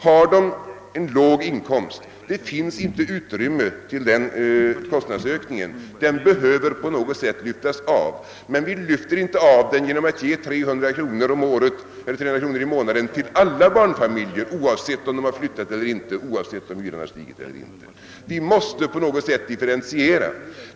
Om de har en låg inkomst, finns det inte något utrymme för denna kostnadsökning; den behöver på något sätt lyftas av, men vi lyfter inte av den genom att ge 300 kronor om året eller 300 kronor i månaden till alla barnfamiljer, oavsett om de har flyttat eller inte och oavsett om hyran har stigit eller inte. Stödet måste på något sätt differentieras.